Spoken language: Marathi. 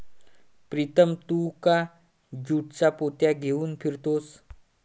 प्रीतम तू का ज्यूटच्या पोत्या घेऊन फिरतोयस